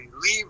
leave